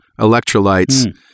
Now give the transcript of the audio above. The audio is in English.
electrolytes